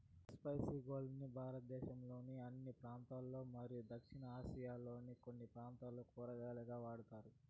spiny gourd ని భారతదేశంలోని అన్ని ప్రాంతాలలో మరియు దక్షిణ ఆసియాలోని కొన్ని ప్రాంతాలలో కూరగాయగా వాడుతారు